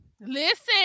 Listen